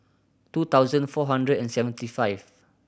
two thousand four hundred and seventy five